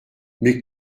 mais